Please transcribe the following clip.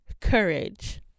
courage